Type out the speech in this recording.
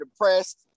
depressed